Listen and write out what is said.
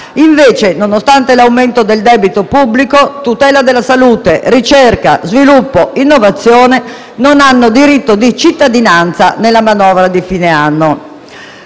Invece, nonostante l'aumento del debito pubblico, tutela della salute, ricerca, sviluppo e innovazione non hanno diritto di cittadinanza nella manovra di fine anno.